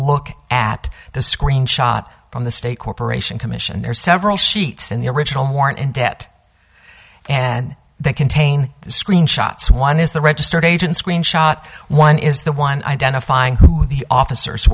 look at the screenshot from the state corporation commission there are several sheets in the original mournin debt and they contain screen shots one is the registered agent screen shot one is the one identifying who the officers